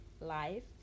Life